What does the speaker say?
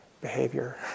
behavior